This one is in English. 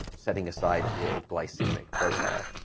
setting aside your glycemic profile?